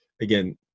again